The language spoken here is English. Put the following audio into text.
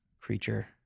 Creature